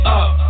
up